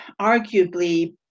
arguably